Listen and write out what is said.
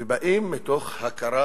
ובאים מתוך הכרה